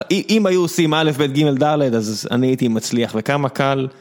אם היו עושים א' ב' ג' ד', אז אני הייתי מצליח, וכמה קל...